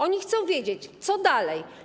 Oni chcą wiedzieć, co dalej.